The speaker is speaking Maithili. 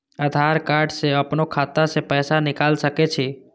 आधार कार्ड से अपनो खाता से पैसा निकाल सके छी?